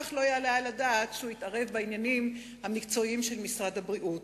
כך לא יעלה על הדעת שהוא יתערב בעניינים המקצועיים של משרד הבריאות.